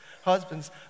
husband's